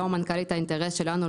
מנכ"לית האינטרס שלנו,